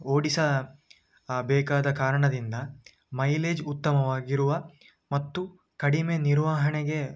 ಓಡಿಸ ಬೇಕಾದ ಕಾರಣದಿಂದ ಮೈಲೇಜ್ ಉತ್ತಮವಾಗಿರುವ ಮತ್ತು ಕಡಿಮೆ ನಿರ್ವಹಣೆಗೆ